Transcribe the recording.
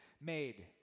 made